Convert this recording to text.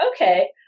okay